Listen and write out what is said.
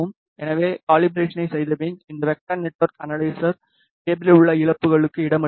எனவே கலிபராசனை செய்தபின் இந்த வெக்டர் நெட்வொர்க் அனலைசர் கேபிளில் உள்ள இழப்புகளுக்கு இடமளிக்கிறது